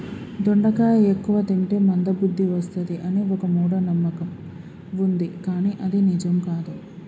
దొండకాయ ఎక్కువ తింటే మంద బుద్ది వస్తది అని ఒక మూఢ నమ్మకం వుంది కానీ అది నిజం కాదు